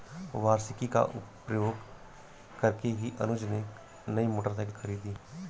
वार्षिकी का प्रयोग करके ही अनुज ने नई मोटरसाइकिल खरीदी